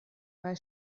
bei